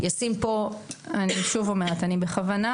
יש כמה פילים בחדר שאף אחד לא מדבר